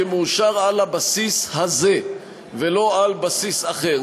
כמאושר על הבסיס הזה ולא על בסיס אחר.